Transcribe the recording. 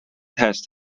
tests